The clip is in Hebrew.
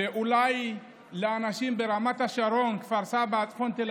של חברת הכנסת מאי